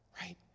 Right